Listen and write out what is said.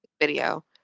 video